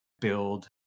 build